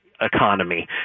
Economy